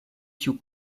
kiu